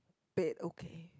wait okay